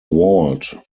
vault